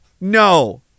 No